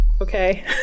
Okay